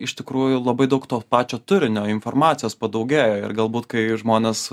iš tikrųjų labai daug to pačio turinio informacijos padaugėjo ir galbūt kai žmonės